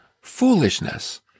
foolishness